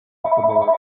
asked